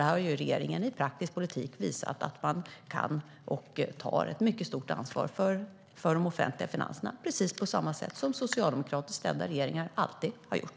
Här har regeringen i praktisk politik visat att man kan ta, och tar, ett mycket stort ansvar för de offentliga finanserna, precis på samma sätt som socialdemokratiskt ledda regeringar alltid har gjort.